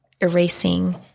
erasing